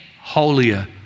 holier